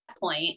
point